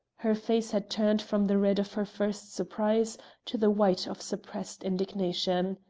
her face had turned from the red of her first surprise to the white of suppressed indignation.